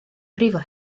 brifo